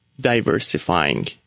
diversifying